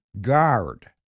guard